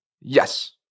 Yes